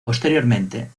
posteriormente